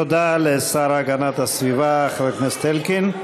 תודה לשר הגנת הסביבה חבר הכנסת אלקין.